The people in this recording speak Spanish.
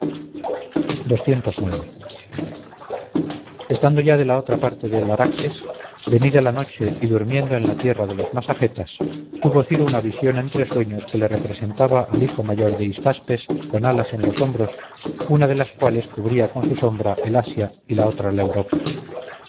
estando ya de la otra parte del araxes venida la noche y durmiendo en la tierra de los masagetas tuvo ciro una visión entre sueños que le representaba al hijo mayor de hystaspes con alas en los hombros una de las cuales cubría con su sombra el asia y la otra la europa